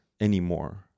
anymore